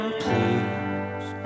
please